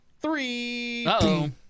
three